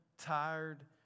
Tired